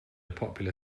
popular